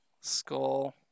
Skull